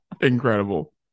incredible